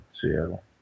Seattle